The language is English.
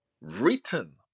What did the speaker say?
written